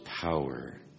power